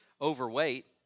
overweight